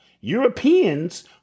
Europeans